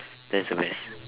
that's the best